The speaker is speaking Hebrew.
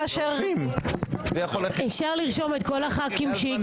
זה מביך אתכם יותר מאשר --- אפשר לרשום את כל הח"כים שהגיעו?